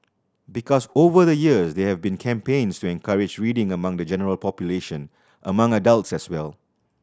because over the years there have been campaigns to encourage reading among the general population among adults as well